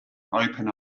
open